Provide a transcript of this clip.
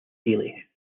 daily